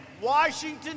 Washington